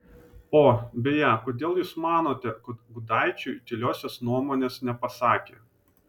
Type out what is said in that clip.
o beje kodėl jūs manote kad gudaičiui tyliosios nuomonės nepasakė